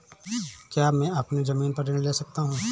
क्या मैं अपनी ज़मीन पर ऋण ले सकता हूँ?